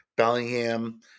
Bellingham